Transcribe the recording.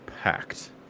packed